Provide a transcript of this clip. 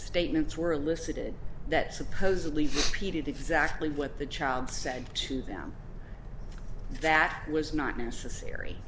statements were listed that supposedly created exactly what the child said to them that was not necessary